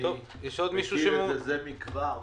אני מכיר את זה זה מכבר,